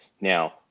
now